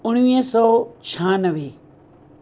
उणिवीह सौ छहानवे